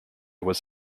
was